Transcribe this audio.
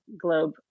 globe